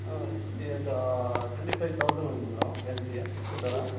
ఇది ఒక twenty five thousand ఉంది మేడమ్ ఎల్జీ తీసుకుంటారా